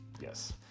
Yes